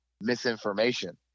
misinformation